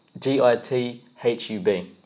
G-I-T-H-U-B